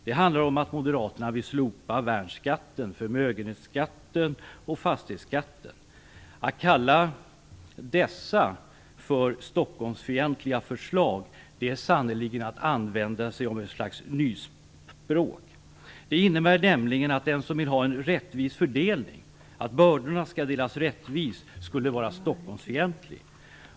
Det handlar om att Moderaterna vill slopa värnskatten, förmögenhetsskatten och fastighetsskatten. Att kalla dessa förslag för Stockholmsfientliga är sannerligen att använda sig av ett slags nyspråk. Det innebär nämligen att den som vill ha en rättvis fördelning, där bördorna delas rättvist, skulle vara Fru talman!